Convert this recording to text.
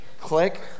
Click